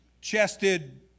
chested